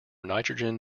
nitrogen